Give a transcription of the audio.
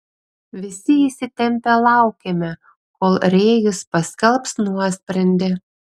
visi įsitempę laukėme kol rėjus paskelbs nuosprendį